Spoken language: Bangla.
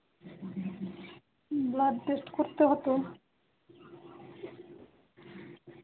ব্লাড টেস্ট করতে হতো